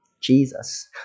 Jesus